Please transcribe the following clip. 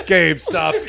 GameStop